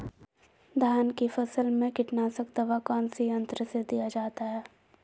धान की फसल में कीटनाशक दवा कौन सी यंत्र से दिया जाता है?